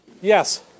Yes